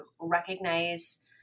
recognize